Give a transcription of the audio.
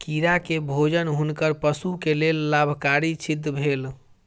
कीड़ा के भोजन हुनकर पशु के लेल लाभकारी सिद्ध भेल